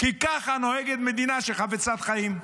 כי ככה נוהגת מדינה שהיא חפצת חיים.